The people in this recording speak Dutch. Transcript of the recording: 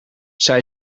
zij